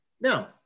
Now